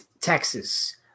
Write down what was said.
texas